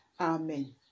Amen